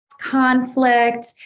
conflict